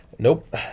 Nope